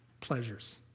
pleasures